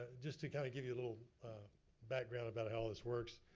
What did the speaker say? just to kind of give you a little background about how this works.